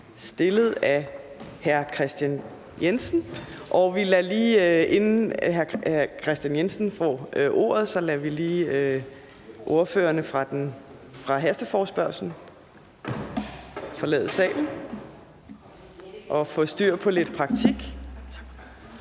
stillet af hr. Kristian Jensen. Inden hr. Kristian Jensen får ordet, lader vi lige ordførerne fra hasteforespørgslen forlade salen samt får styr på praktikken.